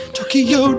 Tokyo